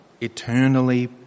eternally